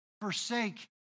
forsake